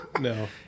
no